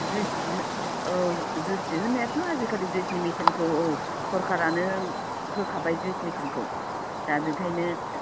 juice दिहुन औ juice दिहुननायावथ' आजिखालि जुइसनि मेसिनखौ औ सोरकारानो होखाबाय जुइस मेसिनखौ दा बेनिखायनो